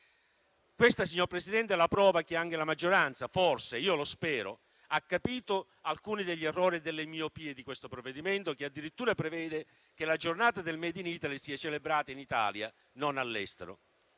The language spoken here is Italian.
Questa, signor Presidente, è la prova che anche la maggioranza - forse, io lo spero - ha capito alcuni degli errori e delle miopie di questo provvedimento che addirittura prevede che la giornata del *made in Italy* sia celebrata in Italia, non all'estero.